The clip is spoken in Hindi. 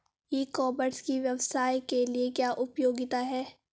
ई कॉमर्स की व्यवसाय के लिए क्या उपयोगिता है?